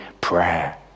prayer